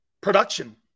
Production